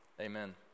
Amen